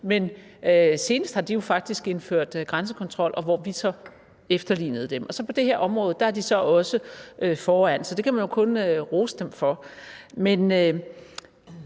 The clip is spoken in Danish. men senest har de faktisk indført grænsekontrol, hvor vi så efterlignede dem, og på det her område er de så også foran. Det kan man jo kun rose dem for. Når